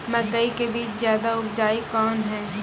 मकई के बीज ज्यादा उपजाऊ कौन है?